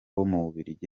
w’umubiligi